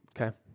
okay